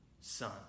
son